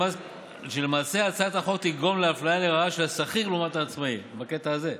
כך שלמעשה הצעת החוק תגרום לאפליה לרעה של השכיר לעומת העצמאי בקטע הזה.